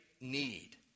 need